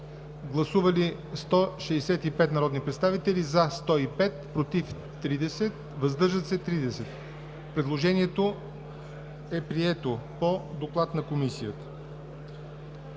Гласували 165 народни представители: за 105, против 30, въздържали се 30. Предложението е прието по доклад на Комисията.